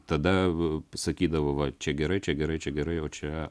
tada sakydavo va čia gerai čia gerai čia gerai o čia